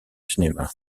cinéma